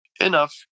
enough